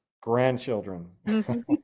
Grandchildren